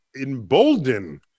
embolden